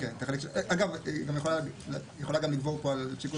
כן, אגב, היא יכולה לגבור פה על שיקול דעת.